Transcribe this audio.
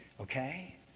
okay